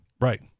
Right